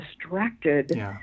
distracted